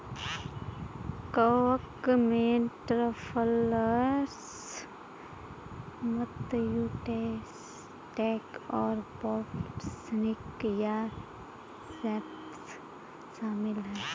कवक में truffles, matsutake और पोर्सिनी या सेप्स शामिल हैं